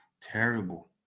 terrible